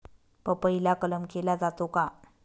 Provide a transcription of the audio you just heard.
पपईला कलम केला जातो का?